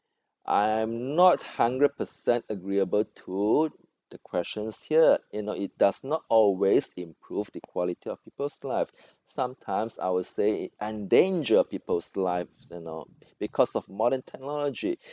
I am not hundred percent agreeable to the question here you know it does not always improve the quality of people's life sometimes I will say it endanger people's lives you know because of modern technology